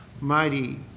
mighty